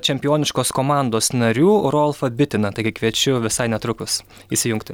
čempioniškos komandos narių rolfą bitiną taigi kviečiu visai netrukus įsijungti